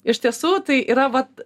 iš tiesų tai yra vat